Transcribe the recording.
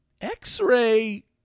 X-ray